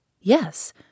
Yes